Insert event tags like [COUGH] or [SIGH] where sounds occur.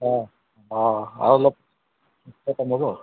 অঁ অঁ আৰু অলপ [UNINTELLIGIBLE]